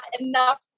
enough